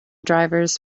drivers